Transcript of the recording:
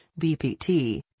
BPT